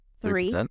three